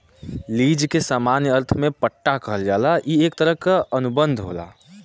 lease के सामान्य अर्थ में पट्टा कहल जाला ई एक तरह क अनुबंध होला